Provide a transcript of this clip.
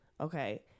Okay